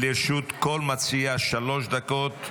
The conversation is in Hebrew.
לרשות כל מציע שלוש דקות.